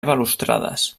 balustrades